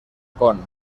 con